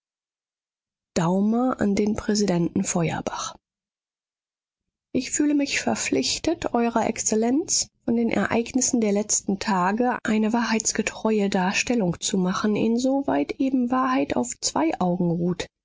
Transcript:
daumer an den präsidenten feuerbach ich fühle mich verpflichtet eurer exzellenz von den ereignissen der letzten tage eine wahrheitsgetreue darstellung zu machen insoweit eben wahrheit auf zwei augen ruht